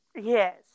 Yes